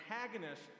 antagonist